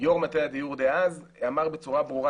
יו"ר מטה הדיור דאז אמר בצורה ברורה